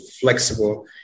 flexible